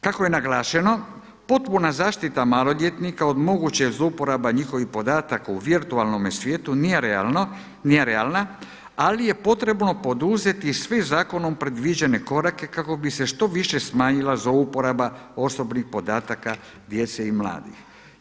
Kako je naglašeno potpuna zaštita maloljetnika od moguće zlouporabe njihovih podataka u virtualnome svijetu nije realna, ali je potrebno poduzeti sve zakonom predviđene korake kako bi se što više smanjila zlouporaba osobnih podataka djece i mladih.